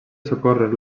socórrer